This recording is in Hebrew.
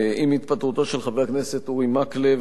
עם התפטרותו של חבר הכנסת אורי מקלב